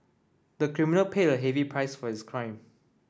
the criminal paid a heavy price for his crime